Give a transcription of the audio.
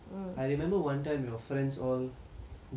gifted you err money